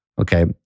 Okay